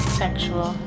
sexual